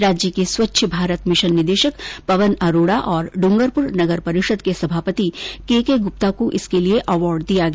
राज्य के स्वच्छ भारत मिशन निदेशक पवन अरोडा और ड्रंगरपुर नगरपरिषद के सभापति केके गुप्ता को इसके लिए अवार्ड दिया गया